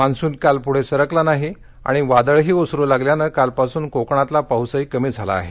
monsoon काल पुढे सरकला नाही आणि वादळही ओसरू लागल्यानं कालपासून कोकणातला पाऊसही कमी झाला आहे